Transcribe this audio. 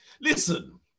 listen